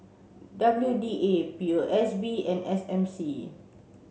W D A P O S B and S M C